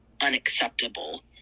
unacceptable